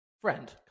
Friend